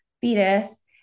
fetus